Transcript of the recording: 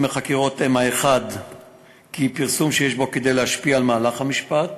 מחקירות: 1. פרסום שיש בו כדי להשפיע על מהלך המשפט